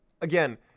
again